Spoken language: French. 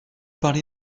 parler